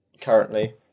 currently